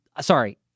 sorry